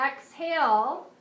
exhale